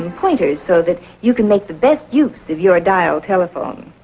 and pointers so that you can make the best use of your dial telephone.